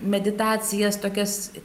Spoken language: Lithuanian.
meditacijas tokias